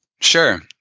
Sure